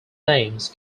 names